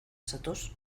zatoz